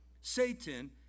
Satan